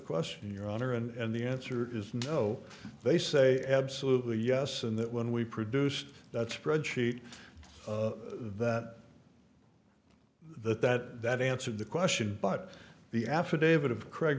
question your honor and the answer is no they say absolutely yes and that when we produced that spreadsheet that that that that answered the question but the affidavit of craig